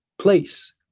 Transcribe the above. place